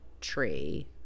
tree